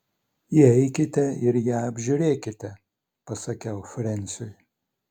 įeikite ir ją apžiūrėkite pasakiau frensiui